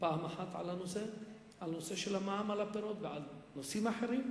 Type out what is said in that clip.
פעם אחת על נושא המע"מ על הפירות ועל נושאים אחרים,